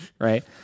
right